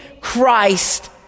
Christ